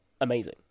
amazing